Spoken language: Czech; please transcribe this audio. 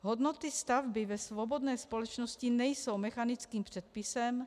Hodnoty stavby ve svobodné společnosti nejsou mechanickým předpisem.